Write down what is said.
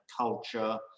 culture